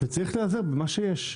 וצריך להיעזר במה שיש.